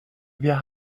wir